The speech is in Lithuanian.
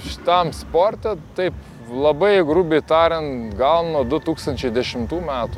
šitam sporte taip labai grubiai tariant gal nuo du tūkstančiai dešimtų metų